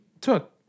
took